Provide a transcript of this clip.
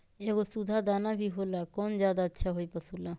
एगो सुधा दाना भी होला कौन ज्यादा अच्छा होई पशु ला?